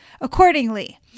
accordingly